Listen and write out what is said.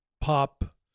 pop